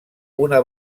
una